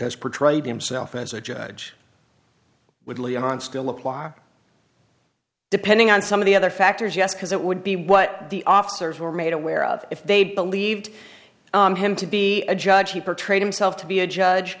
has portrayed himself as a judge would leon still apply depending on some of the other factors yes because it would be what the officers were made aware of if they believed him to be a judge he portrayed himself to be a judge